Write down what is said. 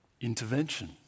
Intervention